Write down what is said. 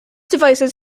devices